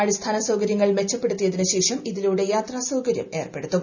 അടിസ്ഥാന സൌകര്യങ്ങൾ മെച്ചപ്പെടുത്തിയതിനുശേഷം ഇതിലൂടെ യാത്ര സൌകര്യം ഏർപ്പെടുത്തും